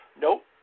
Nope